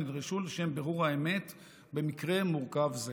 שנדרשו לשם בירור האמת במקרה מורכב זה.